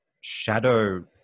shadow